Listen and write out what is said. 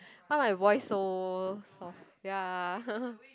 why my voice so soft ya